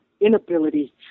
inability